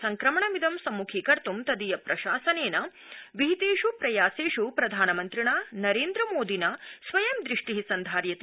संक्रमणमिदं सम्मुखीकर्त् तदीयप्रशासनेन विहितेष् प्रयासेष् प्रधानमन्त्रिणा नरेन्द्रमोदिना स्वयं दृष्टि सन्धार्यते